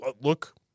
look